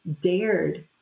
dared